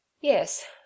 Yes